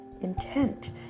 intent